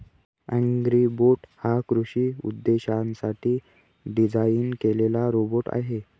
Agribot हा कृषी उद्देशांसाठी डिझाइन केलेला रोबोट आहे